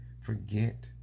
forget